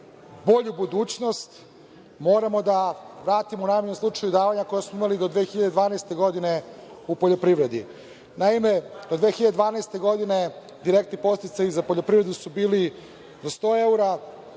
bolju budućnost, moramo da vratimo davanja koja smo imali do 2012. godine u poljoprivredi. Naime, od 2012. godine direktni podsticaji za poljoprivredu su bili 100 evra,